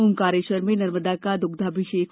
ओंकारेश्वर में नर्मदा का दुग्धाभिषेक होगा